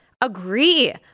agree